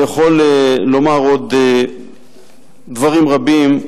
אני יכול לומר עוד דברים רבים,